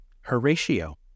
Horatio